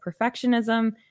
perfectionism